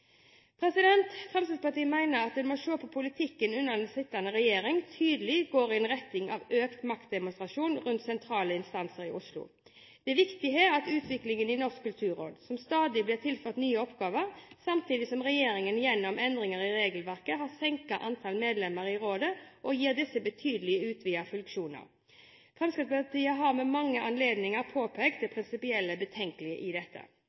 Fremskrittspartiet mener at en må se at politikken under den sittende regjering tydelig går i retning av økt maktkonsentrasjon rundt sentrale instanser i Oslo. Det viktigste her er utvikling i Norsk kulturråd, som stadig blir tilført nye oppgaver, samtidig som regjeringen gjennom endringer i regelverket har senket antall medlemmer i rådet og gitt disse betydelig utvidede funksjoner. Fremskrittspartiet har ved mange anledninger påpekt det prinsipielt betenkelige i dette.